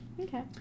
Okay